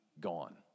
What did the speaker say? gone